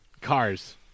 Cars